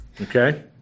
Okay